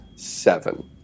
Seven